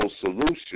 solution